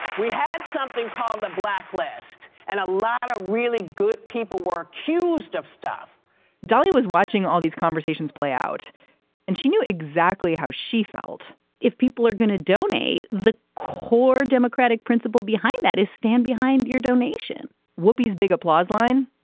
we had something called the blacklist and a lot of really good people were accused of stuff w was watching all these conversations play out and she knew exactly how she felt if people are going to donate the core democratic principle behind that is stand behind your donation would be a big applause line.